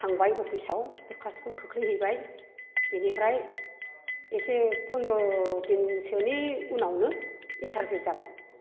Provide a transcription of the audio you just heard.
थांबाय अफिसआव दरखास्थ'खौ खोख्लैहैबाय बेनिफ्राय एसे पनद्र दिनसोनि उनावनो इन्टारभिउ जाबाय